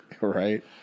Right